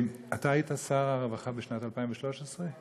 אתה היית שר הרווחה בשנת 2013,